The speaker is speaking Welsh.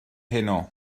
heno